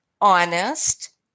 honest